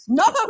no